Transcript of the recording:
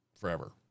forever